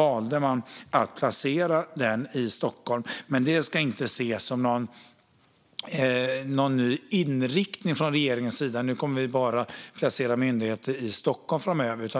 valde man att placera den i Stockholm. Men det ska inte ses som någon ny inriktning från regeringens sida att vi nu bara kommer att placera myndigheter i Stockholm framöver.